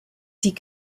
die